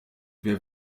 wer